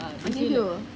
!aiyoyo!